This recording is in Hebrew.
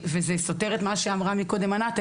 וזה סותר את מה שאמרה מקודם ענת,